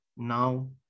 Now